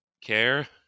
care